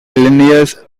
illinois